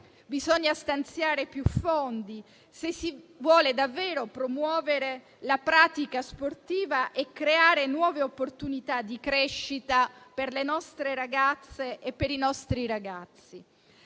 bisogna stanziare più fondi se si vuole davvero promuovere la pratica sportiva e creare nuove opportunità di crescita per le nostre ragazze e per i nostri ragazzi.